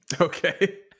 okay